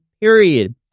period